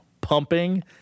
pumping